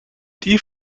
die